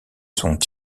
sont